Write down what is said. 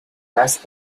asked